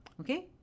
Okay